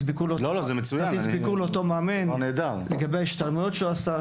ביקור לאותו מאמן לגבי ההשתלמויות שהוא עשה,